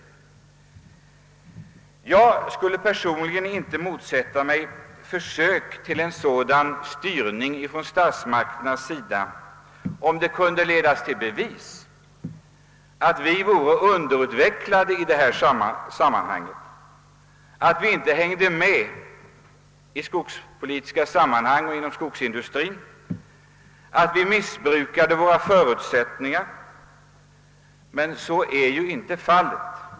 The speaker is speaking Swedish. Personligen skulle jag inte motsätta mig ett sådant statsmakternas försök till styrning, om det kunde ledas i bevis att vi är underutvecklade i sammanhanget, inte hängde med i utvecklingen inom skogsindustrien och inte utnyttjade våra förutsättningar. Men så är inte fallet.